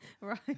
Right